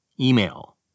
Email